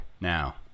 now